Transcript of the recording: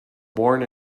born